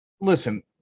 Listen